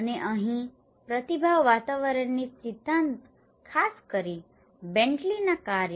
અને અહીં પ્રતિભાવ વાતાવરણની સિદ્ધાંત ખાસ કરીને બેન્ટલીના Bentley's કાર્ય